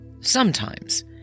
Sometimes